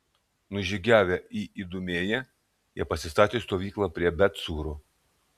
nužygiavę į idumėją jie pasistatė stovyklą prie bet cūro